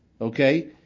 okay